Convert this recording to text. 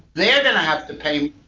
they're going to have to pay